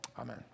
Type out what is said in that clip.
amen